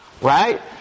right